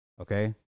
Okay